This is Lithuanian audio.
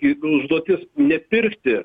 jeigu užduotis nepirkti